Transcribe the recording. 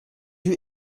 you